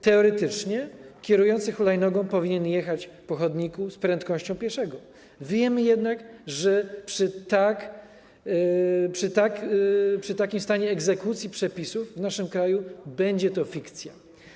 Teoretycznie kierujący hulajnogą powinien jechać po chodniku z prędkością pieszego, wiemy jednak, że przy takim stanie egzekucji przepisów w naszym kraju będzie to fikcja.